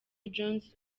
jones